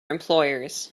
employers